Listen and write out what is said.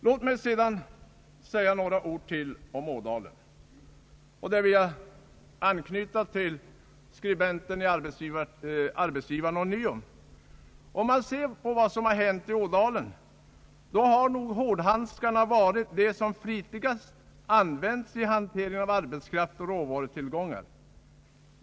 Låt mig säga några ord till om Ådalen i anknytning till citatet från Arbetsgivaren. Om man ser på vad som hänt i Ådalen, finner man att »hårdhandskarna» varit vad som flitigast använts i hanteringen av arbetskraft och råvarutillgångar.